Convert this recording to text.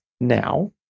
now